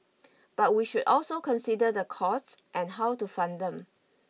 but we should also consider the costs and how to fund them